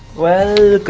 well,